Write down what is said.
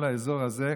כל האזור הזה,